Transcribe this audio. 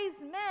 men